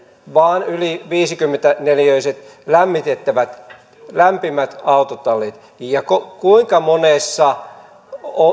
vaan yli viisikymmentä neliöiset lämmitettävät lämpimät autotallit kuinka monessa